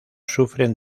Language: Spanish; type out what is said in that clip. sufren